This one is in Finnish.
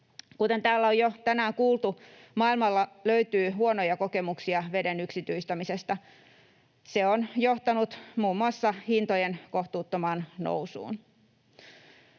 Kuten täällä on jo tänään kuultu, maailmalta löytyy huonoja kokemuksia veden yksityistämisestä. Se on johtanut muun muassa hintojen kohtuuttomaan nousuun.